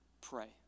Pray